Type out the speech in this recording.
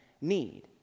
need